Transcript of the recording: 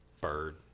bird